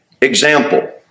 example